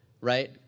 right